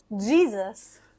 Jesus